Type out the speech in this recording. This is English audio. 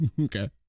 Okay